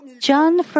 John